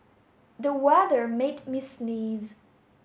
the weather made me sneeze